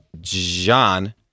John